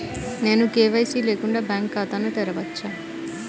నేను కే.వై.సి లేకుండా బ్యాంక్ ఖాతాను తెరవవచ్చా?